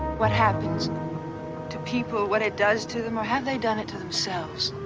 what happens to people, what it does to them. or have they done it to themselves?